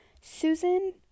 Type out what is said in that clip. Susan